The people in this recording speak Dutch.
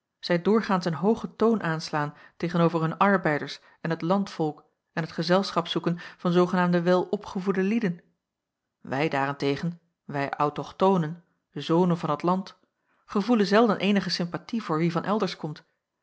zij doorgaans een hoogen toon aanslaan tegen-over hun arbeiders en het landvolk en het gezelschap zoeken van zoogenaamde welopgevoede lieden wij daar-en-tegen wij autochtonen zonen van het land gevoelen zelden eenige sympathie voor wie van elders komt